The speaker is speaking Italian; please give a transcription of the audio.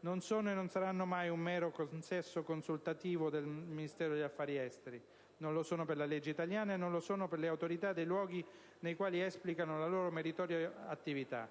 non sono e non saranno mai un mero consesso consultivo del Ministero degli affari esteri. Non lo sono per la legge italiana e non lo sono per le autorità dei luoghi nei quali esplicano la loro meritoria attività.